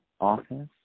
office